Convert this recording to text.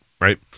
right